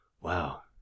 Wow